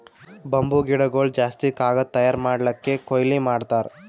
bamboo ಗಿಡಗೊಳ್ ಜಾಸ್ತಿ ಕಾಗದ್ ತಯಾರ್ ಮಾಡ್ಲಕ್ಕೆ ಕೊಯ್ಲಿ ಮಾಡ್ತಾರ್